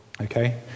Okay